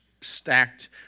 stacked